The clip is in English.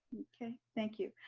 okay, thank you.